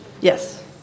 Yes